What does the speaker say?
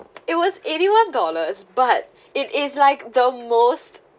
it was eighty one dollars but it is like the most